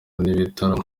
n’ibitaro